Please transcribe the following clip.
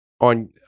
on